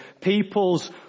People's